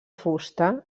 fusta